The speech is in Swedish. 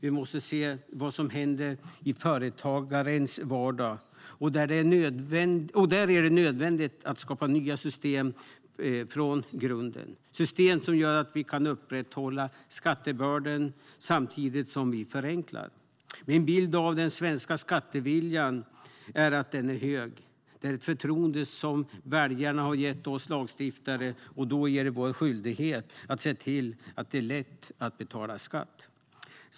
Vi måste se vad som händer i företagarens vardag och, där det är nödvändigt, skapa nya system från grunden - system som gör att vi kan upprätthålla skatteuppbörden samtidigt som vi förenklar. Min bild av den svenska skatteviljan är att den är hög. Väljarna har gett oss ett förtroende som lagstiftare, och då är det vår skyldighet att se till att det är lätt att betala skatt.